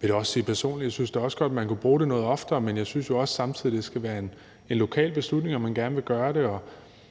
vil da også sige personligt, at jeg synes, at man godt kunne bruge det noget oftere, men jeg synes jo også samtidig, at det skal være en lokal beslutning, at man gerne vil gøre det.